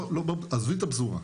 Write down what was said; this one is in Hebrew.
עזבי את הפזורה,